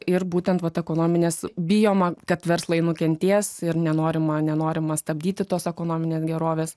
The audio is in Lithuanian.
ir būtent vat ekonominės bijoma kad verslai nukentės ir nenorima nenorima stabdyti tos ekonominės gerovės